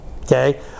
Okay